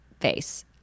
face